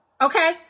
Okay